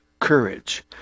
courage